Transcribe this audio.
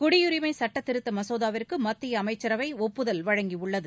குடியுரிமை சட்டத் திருத்த மசோதாவிற்கு மத்திய அமைச்சரவை ஒப்புதல் வழங்கியுள்ளது